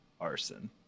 arson